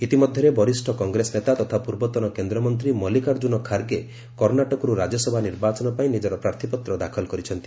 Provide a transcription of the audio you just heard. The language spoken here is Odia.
ଇତିମଧ୍ୟରେ ବରିଷ୍ଣ କଂଗ୍ରେସ ନେତା ତଥା ପୂର୍ବତନ କେନ୍ଦ୍ର ମନ୍ତ୍ରୀ ମଲ୍ଲିକାର୍ଚ୍ଚୁନ ଖାର୍ଗେ କର୍ଣ୍ଣାଟକରୁ ରାଜ୍ୟସଭା ନିର୍ବାଚନ ପାଇଁ ନିଜର ପ୍ରାର୍ଥୀପତ୍ର ଦାଖଲ କରିଛନ୍ତି